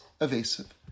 evasive